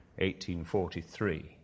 1843